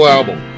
Album